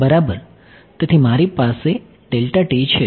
બરાબર તેથી મારી પાસે છે